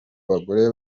bagore